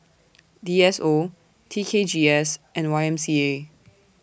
D S O T K G S and Y M C A